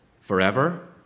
forever